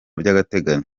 by’agateganyo